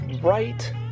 right